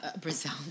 Brazil